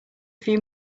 few